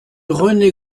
rené